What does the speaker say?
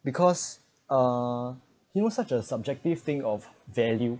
because uh it was such as subjective thing of value